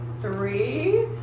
three